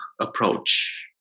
approach